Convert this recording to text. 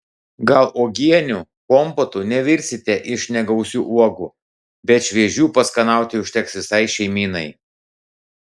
gal uogienių kompotų nevirsite iš negausių uogų bet šviežių paskanauti užteks visai šeimynai